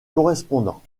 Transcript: correspondants